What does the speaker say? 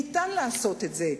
ניתן לעשות את זה.